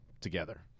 together